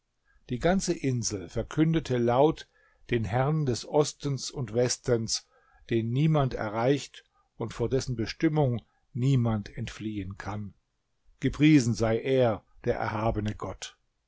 die ganze insel verkündete laut den herrn des ostens und westens den niemand erreicht und vor dessen bestimmung niemand entfliehen kann gepriesen sei er der erhabene gott